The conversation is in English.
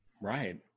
right